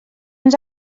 ens